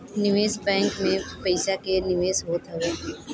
निवेश बैंक में पईसा के निवेश होत हवे